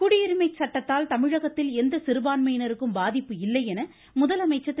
முதலமைச்சர் குடியுரிமை சட்டத்தால் தமிழகத்தில் எந்த சிறுபான்மையினருக்கும் பாதிப்பு இல்லை என முதலமைச்சர் திரு